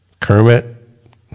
Kermit